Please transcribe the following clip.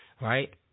Right